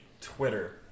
Twitter